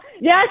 Yes